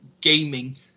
gaming